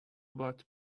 about